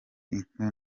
inka